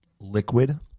liquid